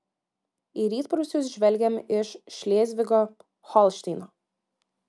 į rytprūsius žvelgiam iš šlėzvigo holšteino